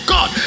God